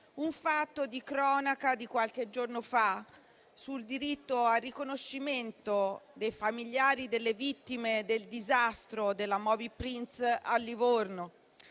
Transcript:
un fatto di cronaca di qualche giorno fa sul diritto al riconoscimento dei familiari delle vittime del disastro della Moby Prince a Livorno.